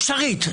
אפשרית.